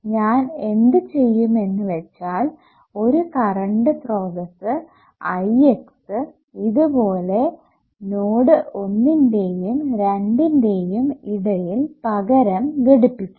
ഞാൻ എന്ത് ചെയ്യും എന്ന് വെച്ചാൽ ഒരു കറണ്ട് സ്രോതസ്സ് Ix ഇതുപോലെ നോഡ് ഒന്നിന്റെയും രണ്ടിന്റെയും ഇടയിൽ പകരം ഘടിപ്പിക്കും